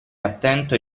attento